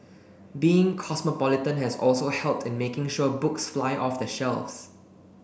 being cosmopolitan has also helped in making sure books fly off the shelves